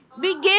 Begin